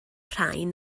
rhain